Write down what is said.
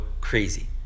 crazy